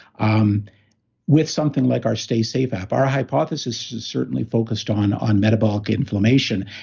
um with something like our stay safe app, our hypothesis is certainly focused on on metabolic inflammation.